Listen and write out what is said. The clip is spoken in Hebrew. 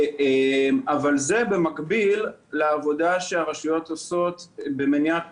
אבל זה במקביל לעבודה שהרשויות עושות במניעת